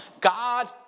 God